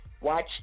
Watch